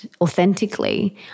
authentically